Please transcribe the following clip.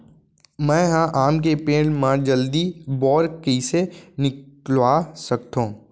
मैं ह आम के पेड़ मा जलदी बौर कइसे निकलवा सकथो?